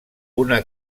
una